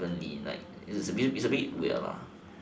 evenly lah it's a bit weird lah